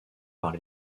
par